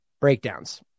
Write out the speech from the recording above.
breakdowns